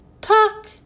talk